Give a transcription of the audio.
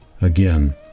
again